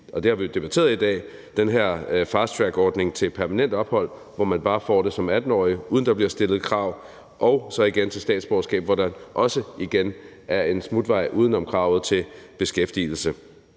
og det har vi debatteret i dag – den her fasttrackordning til permanent ophold, hvor man bare får det som 18-årig, uden at der bliver stillet krav, og så igen til statsborgerskab, hvor der også er en smutvej uden om kravet om beskæftigelse.